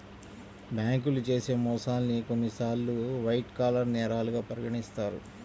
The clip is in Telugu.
బ్యేంకులు చేసే మోసాల్ని కొన్నిసార్లు వైట్ కాలర్ నేరాలుగా పరిగణిత్తారు